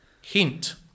Hint